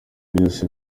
byose